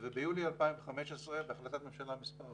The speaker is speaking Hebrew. וביולי 2015, בהחלטת ממשלה מספר